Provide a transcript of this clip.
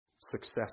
success